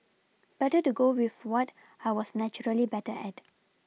better to go with what I was naturally better at